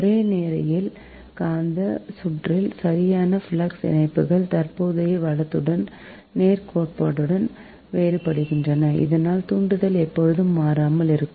ஒரு நேரியல் காந்த சுற்றில் சரியான ஃப்ளக்ஸ் இணைப்புகள் தற்போதைய வலத்துடன் நேர்கோட்டுடன் வேறுபடுகின்றன இதனால் தூண்டல் எப்போதும் மாறாமல் இருக்கும்